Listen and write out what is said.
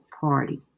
Party